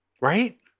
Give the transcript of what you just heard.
right